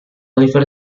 oliver